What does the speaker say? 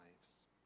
lives